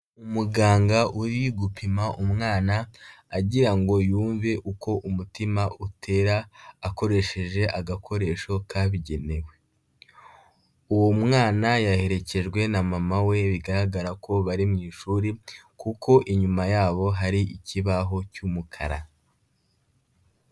Umuganga uri gupima umwana, agira ngo yumve uko umutima utera akoresheje agakoresho kabigenewe. Uwo mwana yaherekejwe na mama we bigaragara ko bari mu ishuri, kuko inyuma yabo hari ikibaho cy'umukara.